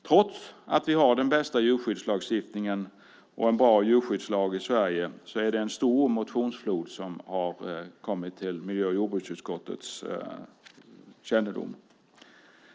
Trots att vi har den bästa djurskyddslagstiftningen i Sverige är det en stor motionsflod som har kommit till miljö och jordbruksutskottets kännedom.